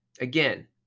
Again